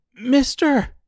Mister